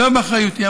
לא באחריותי.